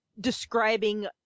describing